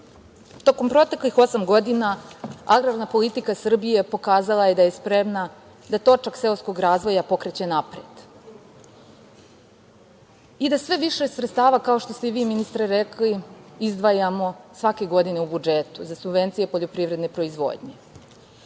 proteklih osam godina agrarna politika Srbije pokazala je da je spremna da točak seoskog razvoja pokreće napred i da sve više sredstava, kao što ste i vi ministre rekli, izdvajamo svake godine u budžetu za subvencije poljoprivredne proizvodnje.